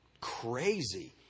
Crazy